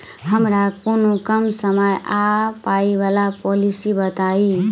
हमरा कोनो कम समय आ पाई वला पोलिसी बताई?